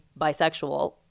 bisexual